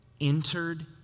entered